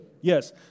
Yes